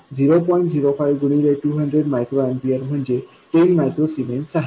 05 गुणिले 200 micro ampere म्हणजे 10 micro siemens आहे